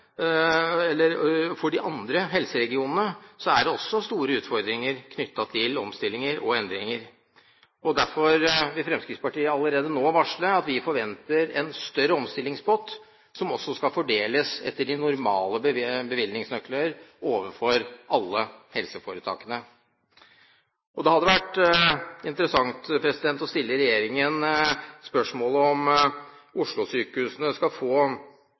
For det andre har også de andre helseregionene store utfordringer knyttet til omstillinger og endringer. Derfor vil Fremskrittspartiet allerede nå varsle at vi forventer en større omstillingspott som også skal fordeles etter de normale bevilgningsnøklene til alle helseforetakene. Det hadde vært interessant å stille regjeringen spørsmålet: Om Oslo-sykehusene skal få